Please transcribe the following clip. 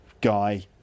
guy